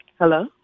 Hello